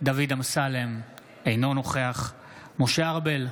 דוד אמסלם, אינו נוכח משה ארבל,